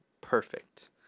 Perfect